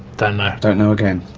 don't know. don't know again,